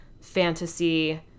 fantasy